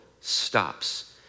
stops